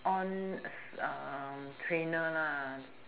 trainer lah